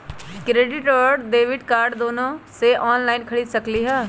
Credit card और debit card दोनों से ऑनलाइन खरीद सकली ह?